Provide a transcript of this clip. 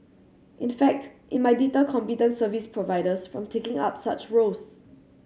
in fact it might deter competent service providers from taking up such roles